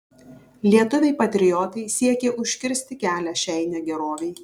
lietuviai patriotai siekė užkirsti kelią šiai negerovei